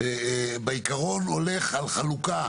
ככוח נוסף שיהיה מוכשר